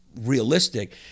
realistic